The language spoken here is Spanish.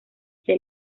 que